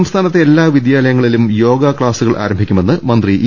സംസ്ഥാനത്തെ എല്ലാ വിദ്യാലയങ്ങലിലും യോഗ ക്ലാസ്സു കൾ ആരംഭിക്കുമെന്ന് മന്ത്രി ഇ